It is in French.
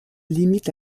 limite